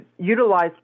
utilize